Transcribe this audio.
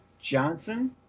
Johnson